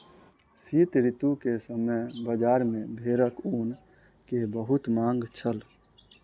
शीत ऋतू के समय बजार में भेड़क ऊन के बहुत मांग छल